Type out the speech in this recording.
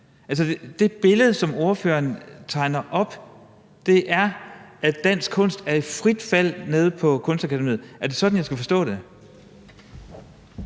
det billede, som ordføreren tegner op, er, at dansk kunst er i frit fald på Kunstakademiet. Er det sådan, jeg skal forstå det?